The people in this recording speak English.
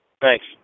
Thanks